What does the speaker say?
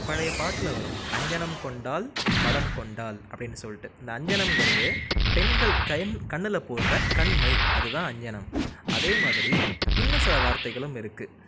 ஒரு பழைய பாட்டில் வரும் அஞ்ஞனம் கொண்டாள் மடம் கொண்டாள் அப்படின்னு சொல்லிட்டு இந்த அஞ்ஞனங்கிறது பெண்கள் கண் கண்ணில் போடுற கண் மை அதுதான் அஞ்ஞனம் அதே மாதிரி இன்னும் சில வார்த்தைகளும் இருக்குது